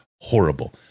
horrible